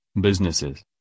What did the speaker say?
businesses